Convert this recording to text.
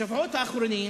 בשבועות האחרונים